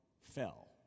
fell